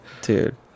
Dude